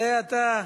זה, אתה,